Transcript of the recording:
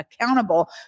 accountable